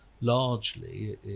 largely